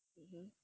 hmm